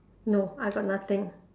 no I got nothing